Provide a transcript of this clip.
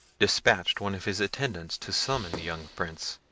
despatched one of his attendants to summon the young prince.